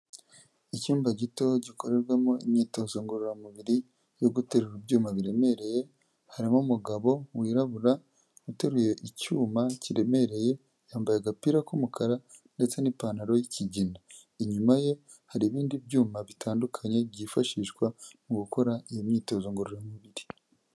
Icyumba gitoya gikorerwamo imyitozo ngororamubiri, yo guterura ibyuma biremereye, harimo umugabo wirabura uteruye icyuma kiremereye, yambaye agapira k'umukara ndetse n'ipantaro yikigina. Inyuma ye hari ibindi byuma bitandukanye byifashishwa mu gukora iyo myitozo ngororamubiri.